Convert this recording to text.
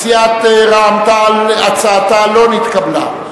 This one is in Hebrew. סיעת רע"ם-תע"ל, הצעתה לא נתקבלה.